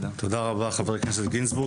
תודה רבה חבר הכנסת גינזבורג.